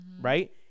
right